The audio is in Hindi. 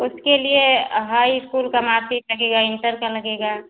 उसके लिए हाई स्कूल का मार्कशीट लगेगा इंटर का लगेगा